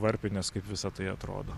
varpinės kaip visa tai atrodo